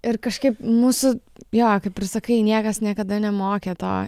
ir kažkaip mūsų jo kaip ir sakai niekas niekada nemokė to